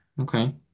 Okay